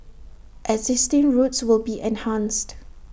existing routes will be enhanced